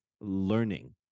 learning